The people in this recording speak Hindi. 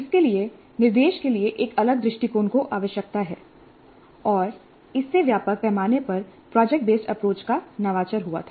इसके लिए निर्देश के लिए एक अलग दृष्टिकोण की आवश्यकता है और इससे व्यापक पैमाने पर प्रोजेक्ट बेस्ड अप्रोच का नवाचार हुआ है